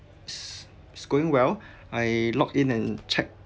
s~ it's going well I log in and check